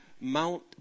Mount